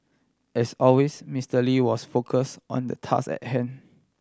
as always Mister Lee was focus on the task at hand